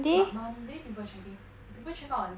but monday people checking people check out on